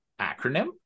acronym